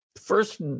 First